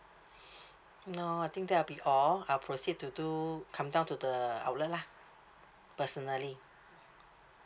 no I think that'll be all I'll proceed to do come down to the outlet lah personally